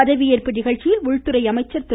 பதவியேற்பு நிகழ்ச்சியில் உள்துறை அமைச்சர் திரு